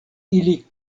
ili